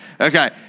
Okay